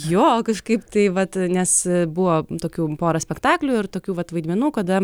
jo kažkaip tai vat nes buvo tokių pora spektaklių ir tokių vat vaidmenų kada